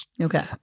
Okay